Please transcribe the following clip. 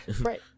Right